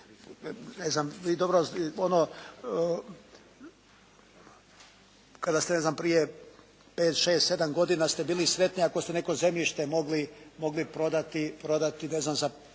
Ne znam, vi kada ste prije pet, šest, sedam godina ste bili sretni ako ste neko zemljište mogli prodati ne znam za